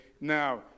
Now